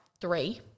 three